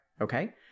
Okay